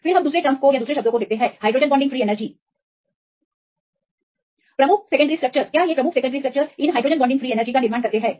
फिर हम इन दूसरे शब्द को देखते हैं हाइड्रोजन बॉन्डिंग फ्री एनर्जी क्या प्रमुख सेकेंडरी स्ट्रक्चरस इस हाइड्रोजन बॉन्डिंग फ्री एनर्जी का निर्माण करते हैं